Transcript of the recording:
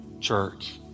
church